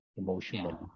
emotional